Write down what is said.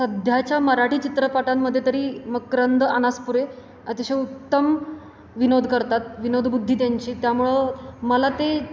सध्याच्या मराठी चित्रपटांमध्ये तरी मकरंद अनासपुरे अतिशय उत्तम विनोद करतात विनोदबुद्धी त्यांची त्यामुळं मला ते